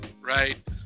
right